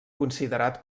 considerat